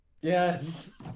yes